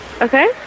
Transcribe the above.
Okay